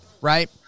right